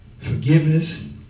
forgiveness